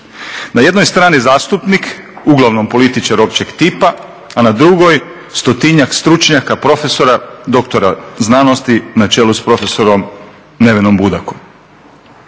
Na jednoj strani zastupnik uglavnom političar općeg tipa, a na drugoj stotinjak stručnjaka, profesora, doktora znanosti, na čelu s profesorom Nevenom Budakom.